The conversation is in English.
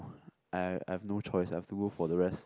I I've no choice I have to go for the rest